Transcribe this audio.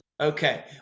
Okay